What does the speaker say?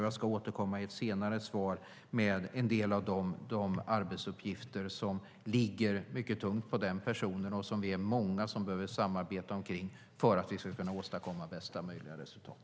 Jag ska återkomma i ett senare anförande med en del av de arbetsuppgifter som vilar mycket tungt på den personen och som vi är många som behöver samarbeta omkring för att vi ska kunna åstadkomma bästa möjliga resultat.